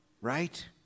Right